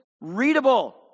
readable